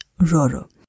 Roro